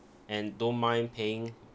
and don't mind paying